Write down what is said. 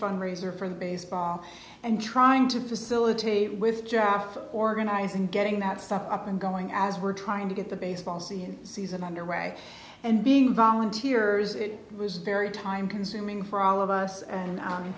fundraiser for the baseball and trying to facilitate with jaf organizing getting that stuff up and going as we're trying to get the baseball season season underway and being volunteers it was very time consuming for all of us and